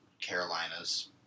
Carolina's